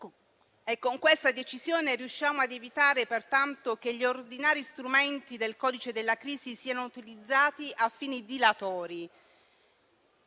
Con questa decisione riusciamo ad evitare pertanto che gli ordinari strumenti del codice della crisi siano utilizzati a fini dilatori.